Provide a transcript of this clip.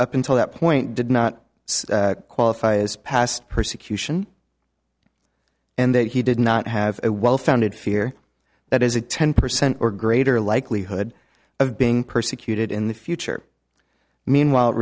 up until that point did not qualify as past persecution and that he did not have a well founded fear that is a ten percent or greater likelihood of being persecuted in the future meanwhile